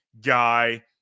guy